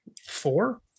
Four